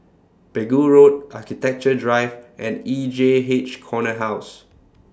Pegu Road Architecture Drive and E J H Corner House